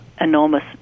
enormous